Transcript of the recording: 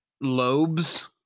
Lobes